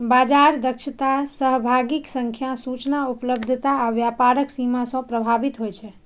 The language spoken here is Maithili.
बाजार दक्षता सहभागीक संख्या, सूचना उपलब्धता आ व्यापारक सीमा सं प्रभावित होइ छै